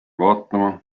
vaatama